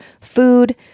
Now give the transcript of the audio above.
food